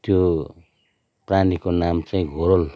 त्यो प्राणीको नाम चाहिँ घोरल